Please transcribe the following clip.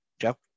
Joe